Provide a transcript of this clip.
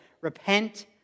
repent